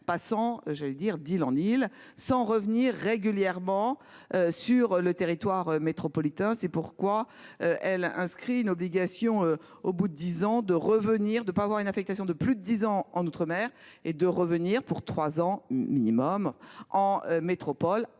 dire d'île en île sans revenir régulièrement sur le territoire métropolitain. C'est pourquoi. Elle inscrit une obligation au bout de 10 ans de revenir de pas avoir une affectation de plus de 10 ans en outre-mer et de revenir pour trois ans minimum en métropole